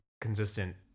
consistent